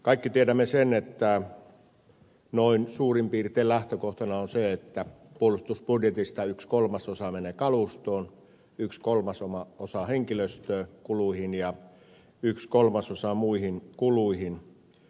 kaikki tiedämme sen että noin suurin piirtein lähtökohtana on se että puolustusbudjetista yksi kolmasosa menee kalustoon yksi kolmasosa henkilöstökuluihin ja yksi kolmasosa muihin kuluihin